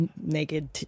naked